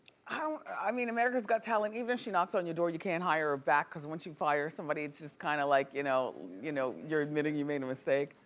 i mean america's got talent, even if she knocks on your door, you can't hire her back cause once you fire somebody, it's just kind of like you know you know you're admitting you made a mistake.